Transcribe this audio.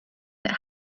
that